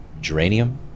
geranium